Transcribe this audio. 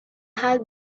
had